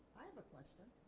i have a question.